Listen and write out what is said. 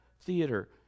theater